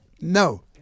No